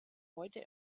heute